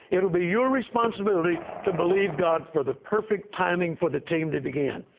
it will be your responsibility to believe god for the perfect timing for the team to begin.